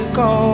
go